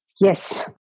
Yes